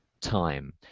time